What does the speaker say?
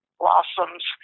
blossoms